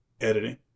editing